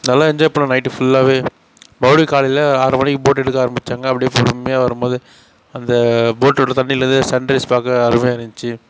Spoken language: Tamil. நல்லா என்ஜாய் பண்ணோம் நைட்டு ஃபுல்லாகவே மறுபடியும் காலையில் ஆறு மணிக்கு போட் எடுக்க ஆரம்மிச்சாங்க அப்படியே பொறுமையாக வரும்போது அந்த போட்டோடய தண்ணிலேருந்து சன்ரைஸ் பார்க்க அருமையாக இருந்தச்சி